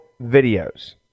videos